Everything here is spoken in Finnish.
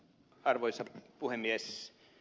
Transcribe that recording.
arvoisa puhemies